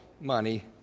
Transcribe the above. money